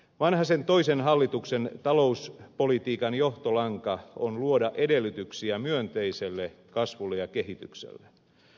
vanhasen toisen hallituksen talouspolitiikan johtolankana on luoda edellytyksiä myönteiselle kasvulle ja kehitykselle